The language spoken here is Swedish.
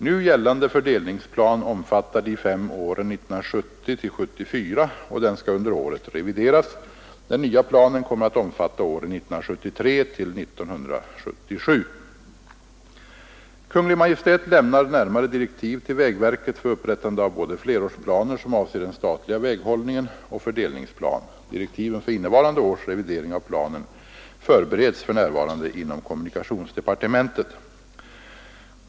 Nu gällande fördelningsplan omfattar de fem åren 1970—1974, och den skall under året revideras. Den nya planen kommer att omfatta åren 1973-1977. Kungl. Maj:t lämnar närmare direktiv till vägverket för upprättande av både flerårsplaner — som avser den statliga väghållningen — och fördelningsplan. Direktiven för innevarande års revidering av planen förbereds för närvarande inom kommunikationsdepartementet.